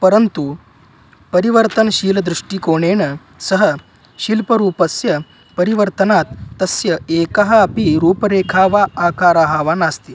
परन्तु परिवर्तनशीलदृष्टिकोणेन सः शिल्परूपस्य परिवर्तनात् तस्य एकः अपि रूपरेखा वा आकारः वा नास्ति